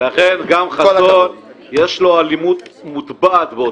לכן, גם חסון יש לו אלימות מוטבעת בו.